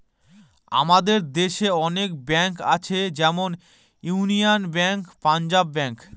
আমাদের দেশে অনেক ব্যাঙ্ক আছে যেমন ইউনিয়ান ব্যাঙ্ক, পাঞ্জাব ব্যাঙ্ক